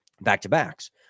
back-to-backs